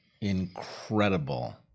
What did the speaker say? incredible